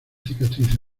cicatrices